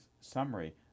summary